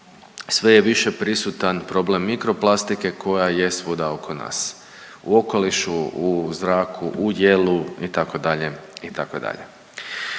sve je više prisutan problem mikroplastike koja je svuda oko nas u okolišu, u zraku, u jelu itd.,